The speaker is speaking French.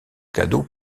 cadeau